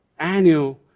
annual,